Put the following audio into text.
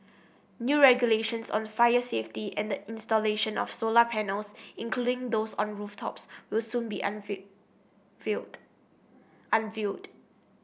new regulations on fire safety and the installation of solar panels including those on rooftops will soon be unveiled